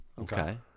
Okay